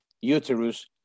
uterus